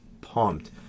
pumped